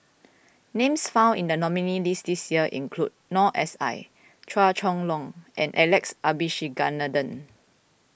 names found in the nominees list this year include Noor S I Chua Chong Long and Alex Abisheganaden